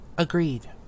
Agreed